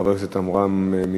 חבר הכנסת עמרם מצנע.